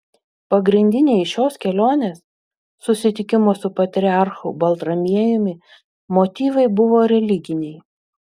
pagrindiniai šios kelionės susitikimo su patriarchu baltramiejumi motyvai buvo religiniai